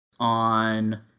on